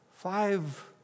five